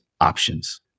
options